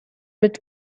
mit